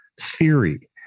theory